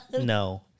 No